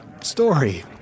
story